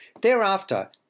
Thereafter